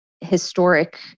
historic